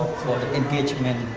engagement.